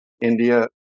India